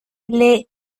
les